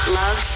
love